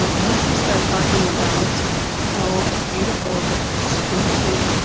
ah once you start talking about how beautiful that this can be,